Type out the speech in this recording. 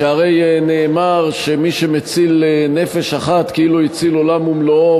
שהרי נאמר שמי שמציל נפש אחת כאילו הציל עולם ומלואו,